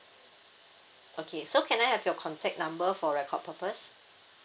okay so can I have your contact number for record purpose